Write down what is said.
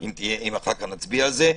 אם אחר כך נצביע על זה,